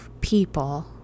people